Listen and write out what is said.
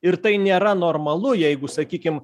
ir tai nėra normalu jeigu sakykim